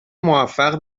موفق